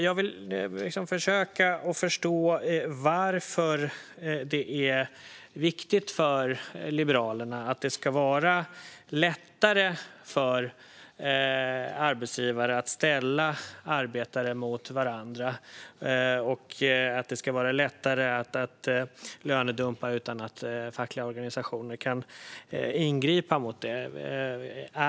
Jag vill försöka förstå varför det är viktigt för Liberalerna att det ska vara lättare för arbetsgivare att ställa arbetare mot varandra och att det ska vara lättare att lönedumpa utan att fackliga organisationer kan ingripa mot det.